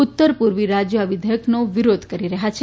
ઉત્તર પૂર્વી રાજ્યો આ વિધેયકનો વિરોધ કરી રહ્યા છે